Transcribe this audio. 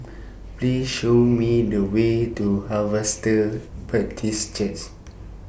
Please Show Me The Way to Harvester practice Church